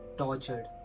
tortured